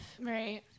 right